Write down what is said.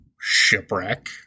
Shipwreck